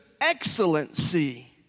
excellency